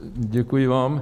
Děkuji vám.